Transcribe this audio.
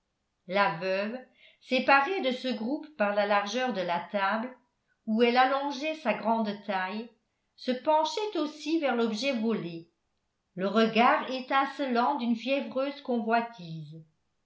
la veuve séparée de ce groupe par la largeur de la table où elle allongeait sa grande taille se penchait aussi vers l'objet volé le regard étincelant d'une fiévreuse convoitise